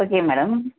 okay madam